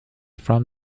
from